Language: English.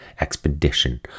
expedition